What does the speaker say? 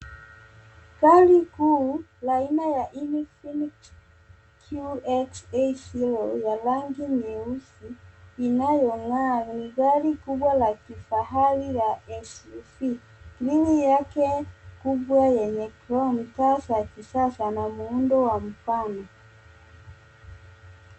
Gari kuu la aina la Ifinix QXA ya rangi nyeusi inayongaa , ni gari kubwa la kifahari ya SUV skrini yake kubwa enye taa za kisasa na muundo wa mfano.